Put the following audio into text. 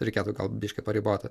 reikėtų gal biškį pariboti